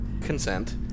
consent